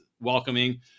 welcoming